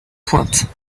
pointe